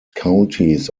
counties